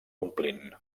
omplint